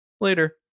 Later